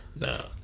No